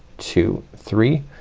two, three,